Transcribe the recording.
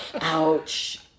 Ouch